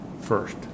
First